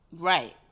right